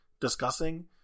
discussing